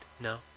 No